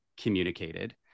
communicated